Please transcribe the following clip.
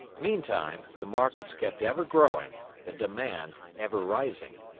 meantime the markets kept ever growing, the demand ever rising.